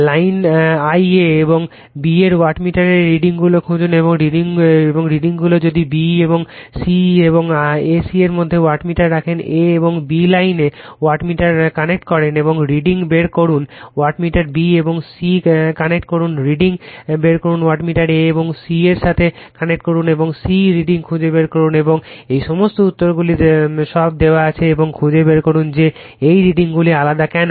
line 1 a এবং b এ ওয়াটমিটারের রিডিংগুলো খুঁজুন এবং রিডিংগুলিও যদি b এবং c এবং a c এর মধ্যে ওয়াটমিটার রাখেন a এবং b লাইনে ওয়াটমিটার কানেক্ট করুন এবং রিডিং বের করুন ওয়াটমিটার B এবং c কানেক্ট করুন রিডিং বের করুন ওয়াটমিটার A এবং C এর সাথে কানেক্ট করুন এবং c রিডিং খুঁজে বের করুন এবং এই সমস্ত উত্তরগুলি সব দেওয়া আছে এবং খুঁজে বের করুন যে এই রিডিংগুলি আলাদা কেন